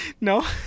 No